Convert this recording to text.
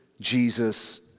Jesus